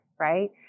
right